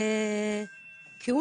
כשהוא